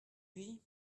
lui